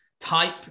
type